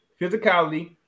physicality